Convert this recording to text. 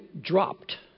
dropped